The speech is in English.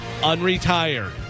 unretired